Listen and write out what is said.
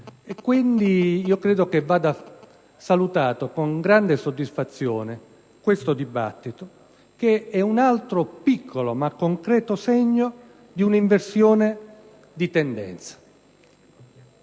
quindi che vada salutato con grande soddisfazione questo dibattito, che è un altro piccolo ma concreto segno di un'inversione di tendenza.